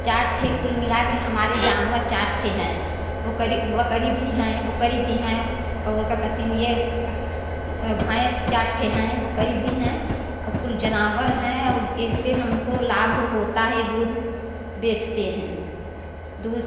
चार ठो कुल मिला कर हमारे जानवर चार ठो हैं ओकरी बकरी भी हैं बकरी भी हैं और का कहत हिन ये भैंस चार ठो हैं बकरी भी हैं और कुल जानवर हैं और इनसे हमको लाभ होता है दूध बेचते हैं दूध